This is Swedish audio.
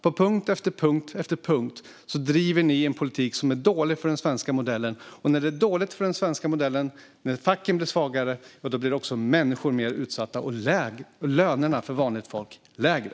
På punkt efter punkt driver ni en politik som är dålig för den svenska modellen. Och när det är dåligt för den svenska modellen, när facken blir svagare, blir också människor mer utsatta och lönerna för vanligt folk lägre.